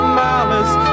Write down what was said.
malice